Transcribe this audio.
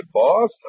boss